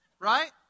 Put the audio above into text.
Right